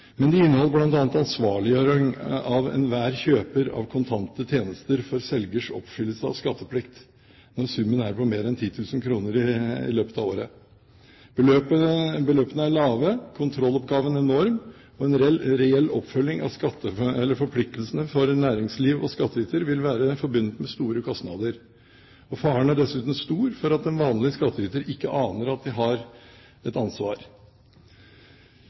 Men de inneholdt bl.a. ansvarliggjøring av enhver kjøper av kontante tjenester for selgers oppfyllelse av skatteplikt, når summen er på mer enn 10 000 kr i løpet av året. Beløpene er lave, kontrolloppgaven enorm, og en reell oppfølging av forpliktelsene for næringsliv og skattyter vil være forbundet med store kostnader, og faren er dessuten stor for at den vanlige skattyter ikke aner at man har et ansvar.